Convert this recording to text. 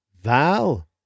Val